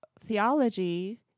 theology